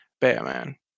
Batman